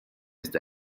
ist